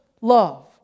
love